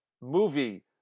movie